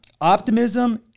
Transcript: Optimism